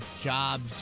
jobs